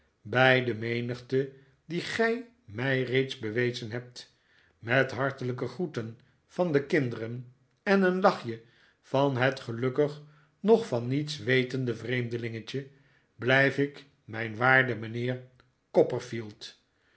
bij de menigte die gij mij reeds bewezen hebt met hartelijke groeten van de kinderen en een lachje van het gelukkig nog van niets wetende vreemdelingetje blijf ik mijn waarde